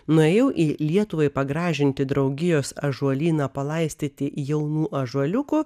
nuėjau į lietuvai pagražinti draugijos ąžuolyną palaistyti jaunų ąžuoliukų